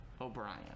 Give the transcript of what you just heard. o'brien